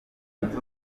zunze